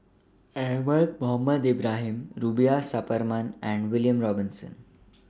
Ahmad Mohamed Ibrahim Rubiah Suparman and William Robinson